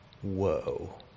Whoa